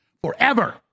forever